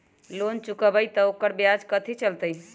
Loan चुकबई त ओकर ब्याज कथि चलतई?